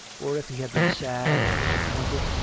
or if he had been sad or disappointed,